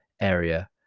area